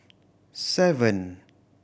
seven